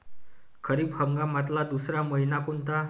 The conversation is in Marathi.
खरीप हंगामातला दुसरा मइना कोनता?